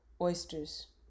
oysters